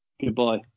Goodbye